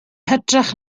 hytrach